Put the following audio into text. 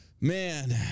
Man